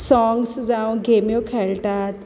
songs जावं गेम्यो खेळटात